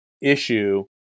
issue